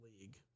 League